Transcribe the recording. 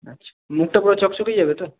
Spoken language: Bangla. আচ্ছা নেটটা পুরো চকচকে হয়ে যাবে তো